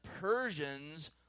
Persians